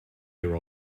year